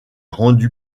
rendu